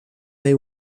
they